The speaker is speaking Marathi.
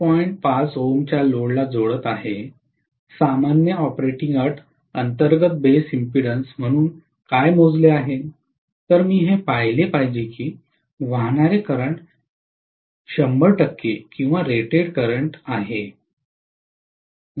5 Ω च्या लोडला जोडत आहे सामान्य ऑपरेटिंग अट अंतर्गत बेस इम्पेडन्स म्हणून आम्ही काय मोजले आहे तर मी हे पाहिले पाहिजे की वाहणारे करंट 100 किंवा रेटेड करंट आहे